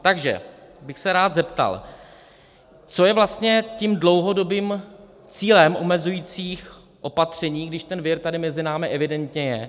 Takže bych se rád zeptal, co je vlastně tím dlouhodobým cílem omezujících opatření, když ten vir tady mezi námi evidentně je.